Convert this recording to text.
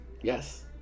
yes